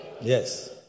yes